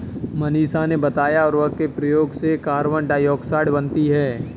मनीषा ने बताया उर्वरक के प्रयोग से कार्बन डाइऑक्साइड बनती है